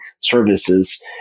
services